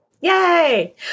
Yay